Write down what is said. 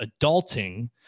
adulting